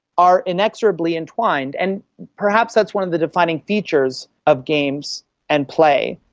are inexorably entwined, and perhaps that's one of the defining features of games and play.